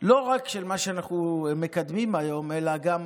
לא רק של מה שאנחנו מקדמים היום, אלא גם